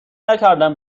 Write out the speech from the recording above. نکردم